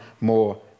more